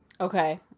Okay